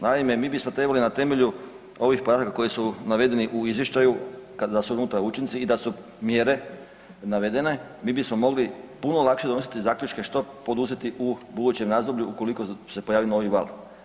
Naime, mi bismo trebalo na temelju ovih podataka koji su navedeni u izvještaju, kada su unutra učinci i da su mjere navedene, mi bismo mogli puno lakše donositi zaključke što poduzeti u budućem razdoblju ukoliko se pojavi novi val.